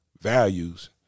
values